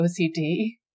OCD